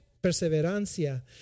perseverancia